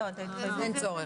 אין צורך.